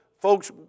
Folks